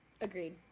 Agreed